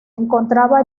encontraba